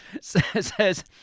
says